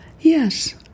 Yes